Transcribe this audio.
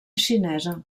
xinesa